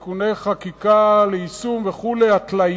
ההתייעלות הכלכלית (תיקוני חקיקה ליישום התוכנית הכלכלית לשנים